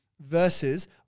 versus